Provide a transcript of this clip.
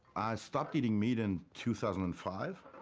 stopped eating meat in two thousand and five.